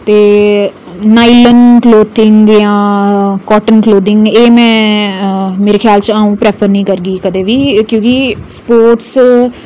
ते nylon clothing जां cotton clothing ऐ में मेरे ख्याल च अ'ऊं प्रैफर नेईं करगा कदें बी क्योकि स्पोर्ट्स